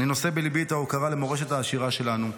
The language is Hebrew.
אני נושא בליבי את ההוקרה למורשת העשירה שלנו.